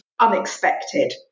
unexpected